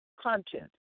content